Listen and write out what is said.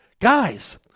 guys